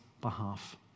behalf